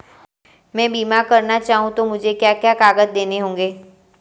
मैं बीमा करना चाहूं तो मुझे क्या क्या कागज़ देने होंगे?